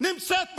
נמצאת ברשויות,